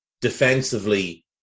defensively